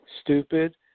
stupid